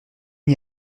n’y